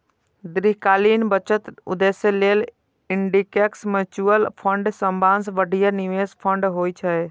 दीर्घकालीन बचत उद्देश्य लेल इंडेक्स म्यूचुअल फंड सबसं बढ़िया निवेश फंड होइ छै